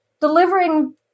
delivering